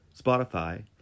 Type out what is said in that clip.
Spotify